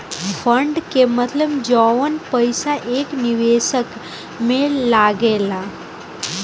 fund के मतलब जवन पईसा एक निवेशक में लागेला